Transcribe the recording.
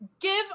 Give